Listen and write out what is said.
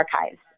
archives